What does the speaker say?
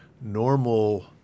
normal